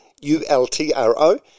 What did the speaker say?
U-L-T-R-O